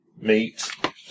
meat